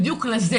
לדוגמה: